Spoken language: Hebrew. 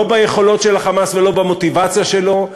לא ביכולות של ה"חמאס" ולא במוטיבציה שלו,